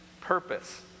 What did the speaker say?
purpose